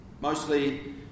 Mostly